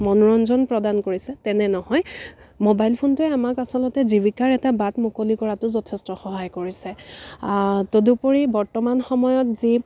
মনোৰঞ্জন প্ৰদান কৰিছে তেনে নহয় মোবাইল ফোনটোৱে আমাক আচলতে জীৱিকাৰ এটা বাট মুকলি কৰাতো যথেষ্ট সহায় কৰিছে তদুপৰি বৰ্তমান সময়ত যি